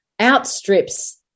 outstrips